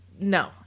no